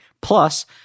plus